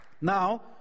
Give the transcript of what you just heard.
Now